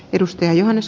arvoisa puhemies